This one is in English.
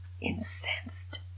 incensed